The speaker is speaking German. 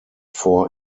vor